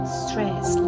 stress